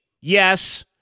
Yes